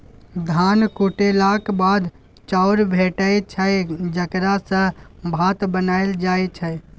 धान कुटेलाक बाद चाउर भेटै छै जकरा सँ भात बनाएल जाइ छै